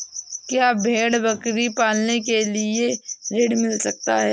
क्या भेड़ बकरी पालने के लिए ऋण मिल सकता है?